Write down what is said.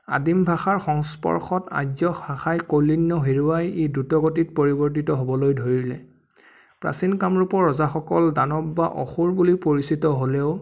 আদিম ভাষাৰ সংস্পৰ্শত আৰ্য শাখাই কলিন্য হেৰুৱাই এই দ্ৰুত গতিত পৰিৱৰ্তীত হ'ব ধৰিলে প্ৰাচীন কামৰূপৰ ৰজাসকল দানৱ বা অসুৰ বুলিও পৰিচিত হলেও